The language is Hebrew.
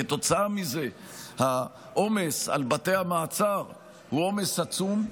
כתוצאה מזה העומס על בתי המעצר הוא עומס עצום,